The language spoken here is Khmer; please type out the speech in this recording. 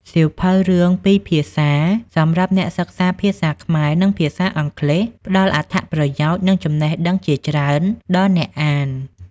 សៀវភៅរឿងពីរភាសាសម្រាប់អ្នកសិក្សាភាសាខ្មែរ និងភាសាអង់គ្លេសផ្ដល់អត្ថប្រយោជន៍ និងចំណេះដឹងជាច្រើនដល់អ្នកអាន។